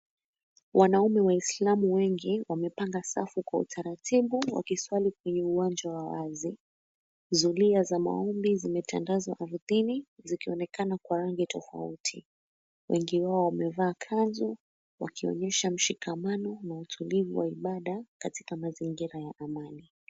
Wanaume waislamu wengi wamepanga safu kwa utaratibu wakiswali kwenye uwanja wa wazi. Zulia za mawimbi zimetandazwa ardhini zikionekana kwa rangi tofauti. Wengi wao wamevaa kanzu wakionyesha mshikamano na utulivu wa ibada katika mazingira ya amani.